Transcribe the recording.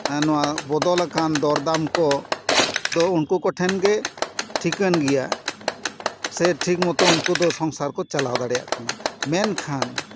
ᱱᱚᱣᱟ ᱵᱚᱫᱚᱞᱟᱠᱟᱱ ᱫᱚᱨᱫᱟᱢ ᱠᱚ ᱫᱚ ᱩᱱᱠᱩ ᱠᱚᱴᱷᱮᱱ ᱜᱮ ᱴᱷᱤᱠᱟᱹᱱ ᱜᱮᱭᱟ ᱥᱮ ᱴᱷᱤᱠ ᱢᱚᱛᱚ ᱩᱱᱠᱩ ᱫᱚ ᱥᱚᱝᱥᱟᱨ ᱠᱚ ᱪᱟᱞᱟᱣ ᱫᱟᱲᱮᱭᱟᱜ ᱠᱟᱱᱟ ᱢᱮᱱᱠᱷᱟᱱ